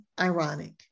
ironic